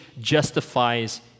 justifies